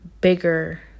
bigger